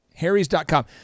Harrys.com